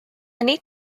need